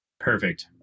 Perfect